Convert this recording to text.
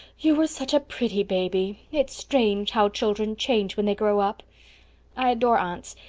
you were such a pretty baby. it's strange how children change when they grow up i adore aunts,